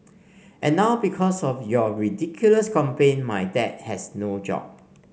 and now because of your ridiculous complaint my dad has no job